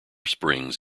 springs